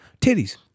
Titties